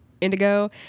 Indigo